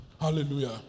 Hallelujah